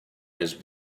has